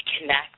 connect